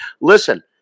listen